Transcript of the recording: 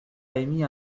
émis